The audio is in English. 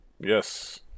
Yes